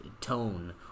tone